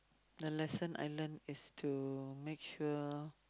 the lesson I learn is to make sure